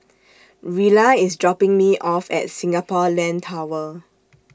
Rilla IS dropping Me off At Singapore Land Tower